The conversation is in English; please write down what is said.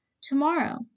Tomorrow